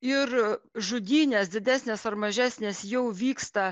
ir žudynės didesnės ar mažesnės jau vyksta